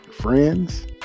friends